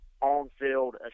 on-field